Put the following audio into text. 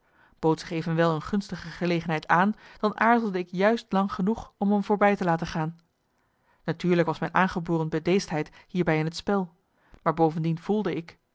bood zich evenwel een gunstige gelegenheid aan dan aarzelde ik juist lang genoeg om m voorbij te laten gaan natuurlijk was mijn aangeboren bedeesdheid hierbij in het spel maar bovendien voelde ik